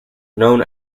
known